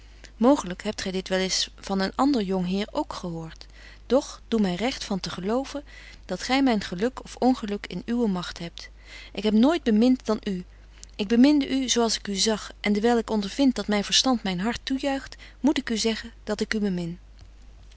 mooglyk hebt gy dit wel eens van een ander jong heer k gehoort doch doe my t recht van te geloven dat gy myn geluk of ongeluk in uwe magt hebt ik heb nooit bemint dan u ik beminde u zo als ik u zag en dewyl ik ondervind dat myn verstand myn hart toejuicht moet ik u zeggen dat ik u bemin